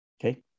Okay